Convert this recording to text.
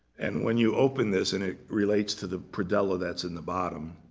and when you open this and it relates to the predella that's in the bottom.